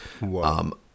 Wow